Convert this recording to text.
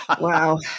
Wow